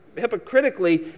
hypocritically